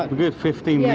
good fifteen yeah